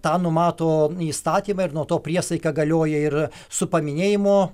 ir tą numato įstatymai ir nuo to priesaika galioja ir su paminėjimu